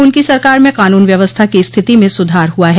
उनकी सरकार में कानून व्यवस्था की स्थिति में सुधार हुआ है